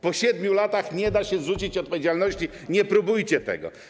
Po 7 latach nie da się zrzucić odpowiedzialności, nie próbujcie tego.